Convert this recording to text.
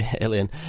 alien